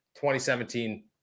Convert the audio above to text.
2017